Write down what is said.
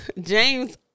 James